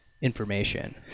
information